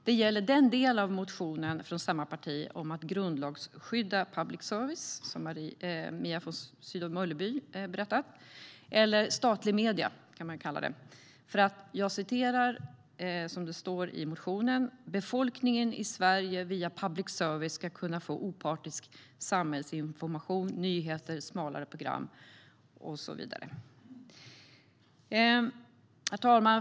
Den gäller den del i motionen från samma parti om att grundlagsskydda public service, som Mia von Sydow Mölleby berättat, eller statliga medier för att, som det står i motionen, "befolkningen i Sverige via public service ska kunna få opartisk samhällsinformation, nyheter och smalare program . ".Herr talman!